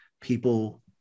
people